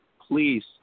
please